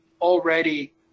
already